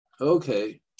Okay